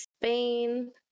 Spain